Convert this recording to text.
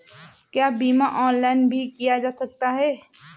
क्या बीमा ऑनलाइन भी किया जा सकता है?